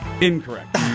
Incorrect